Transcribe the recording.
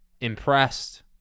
Impressed